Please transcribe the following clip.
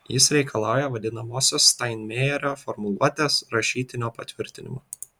jis reikalauja vadinamosios steinmeierio formuluotės rašytinio patvirtinimo